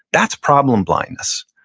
that's problem blindness.